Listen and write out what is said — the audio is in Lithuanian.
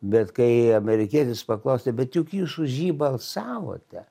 bet kai amerikietis paklausė bet juk jūs už jį balsavote